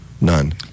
None